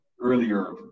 earlier